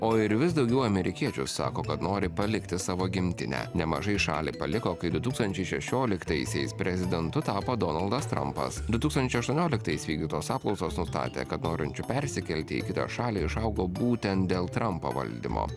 o ir vis daugiau amerikiečių sako kad nori palikti savo gimtinę nemažai šalį paliko kai du tūkstančiai šešioliktaisiais prezidentu tapo donaldas trampas du tūkstančiai aštuonioliktais vykdytos apklausos nustatė kad norinčių persikelti į kitą šalį išaugo būtent dėl trampo valdymo